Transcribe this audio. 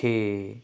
ਛੇ